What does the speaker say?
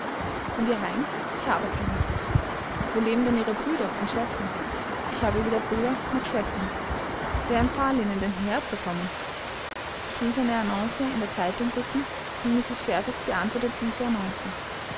und ihr heim ich habe keins wo leben denn ihre brüder und schwestern ich habe weder brüder noch schwestern wer empfahl ihnen denn hierher zu kommen ich ließ eine annonce in die zeitung rücken und mrs fairfax beantwortete diese